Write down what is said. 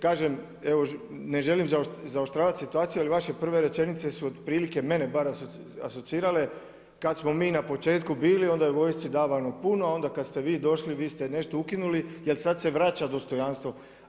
Kažem, ne želim zaoštravati situaciju ali prve rečenice su otprilike, mene bar asocirale kad smo mi na početku bili onda je vojsci davano puno, onda kad ste vi došli vi ste nešto ukinuli jer sad se vraća dostojanstvo.